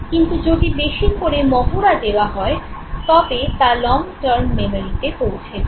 কিন্তু যদি বেশি করে মহড়া দেওয়া হয় তবে তা লং টার্ম মেমোরিতে পৌঁছে যায়